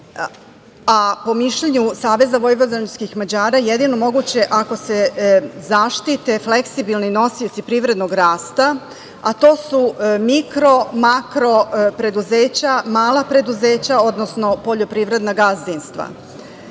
a po mišljenju SVM – jedino moguće ako se zaštite fleksibilni nosioci privrednog rasta, a to su mikro, makro preduzeća, mala preduzeća, odnosno poljoprivredna gazdinstva. Ne